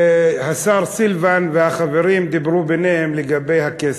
שהשר סילבן והחברים דיברו ביניהם, לגבי הכסף.